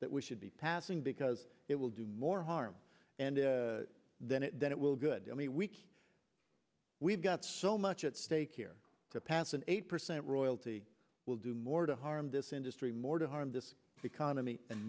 that we should be passing because it will do more harm and then it then it will good i mean week we've got so much at stake here to pass an eight percent royalty will do more to harm this industry more to harm this economy and